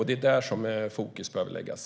Det är där fokus behöver läggas.